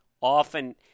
often